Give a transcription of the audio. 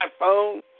iPhone